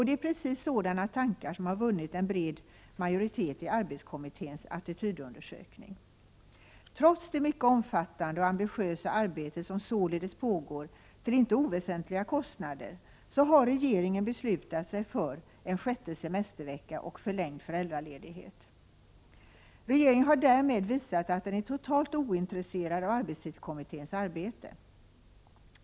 Det är precis sådana 69 tankar som har vunnit en bred majoritet i arbetstidskommitténs attitydundersökning. Trots det mycket omfattande och ambitiösa arbete som således pågår till inte oväsentliga kostnader, har regeringen beslutat sig för en sjätte semestervecka och förlängd föräldraledighet. Regeringen har därmed visat att den är totalt ointresserad av arbetstidskommitténs arbete.